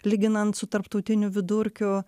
lyginant su tarptautiniu vidurkiu